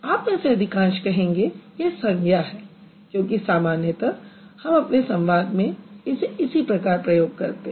आप में से अधिकांश कहेंगे यह संज्ञा है क्योंकि सामान्यतः हम अपने संवाद में इसे इसी प्रकार प्रयोग करते हैं